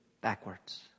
backwards